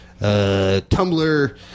Tumblr